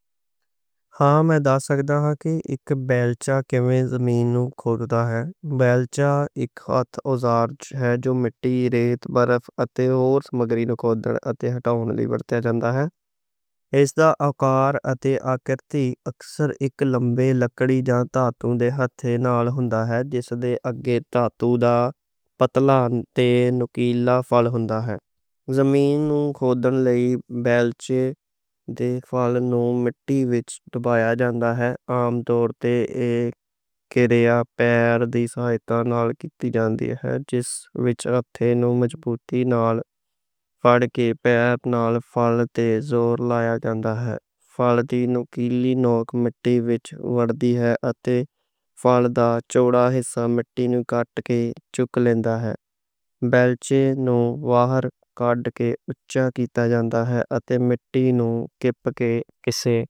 ہاں، میں دساں گا کہ اک بیلچہ کیمیں زمین نوں کھودے۔ بیلچہ اک اوزار ہے جو مٹی، ریت، برف اتے ہور سماگری نوں کھودن اتے ہٹاؤن لئی بنیا ہوندا ہے۔ ہے اس دا آکار اتے آکرتی اکثر اک لمبے لکڑی دے ہتھے نال ہوندا ہے جس دے اگے تے پتلا تے نوکیلا فال ہوندا ہے۔ زمین نوں کھودن لئی بیلچے دے فال نوں مٹی وچ دبایا جاندا ہے۔ عام طور تے اک کریا پیر دی سہائتا نال کیتی جاندی ہے جس وچ اوہ نوں مضبوطی نال فال تے پیر نال زور لایا جاندا ہے۔ فال دی نوکیلی نوک مٹی وچ مر دی ہے اتے فال دا چوڑا حصہ مٹی نوں کٹ کے چک لیندا ہے۔ بیلچے نوں باہر کڈ کے کیتا جاندا ہے اتے مٹی نوں کڈ کے کسے۔